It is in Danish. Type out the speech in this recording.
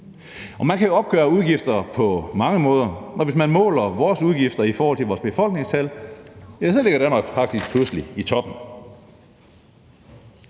Man kan jo opgøre udgifter på mange måder, og hvis man måler vores udgifter i forhold til vores befolkningstal, ligger Danmark faktisk pludselig i toppen.